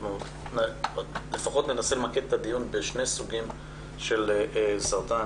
אנחנו לפחות ננסה למקד את הדיון בשני סוגים של סרטן,